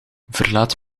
verlaat